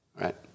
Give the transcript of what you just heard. right